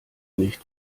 nicht